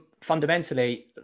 fundamentally